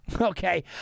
Okay